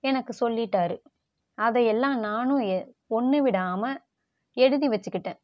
எனக்கு சொல்லிட்டார் அதையெல்லாம் நானும் ஒன்னுவிடாமல் எழுதி வெச்சிக்கிட்டேன்